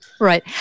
Right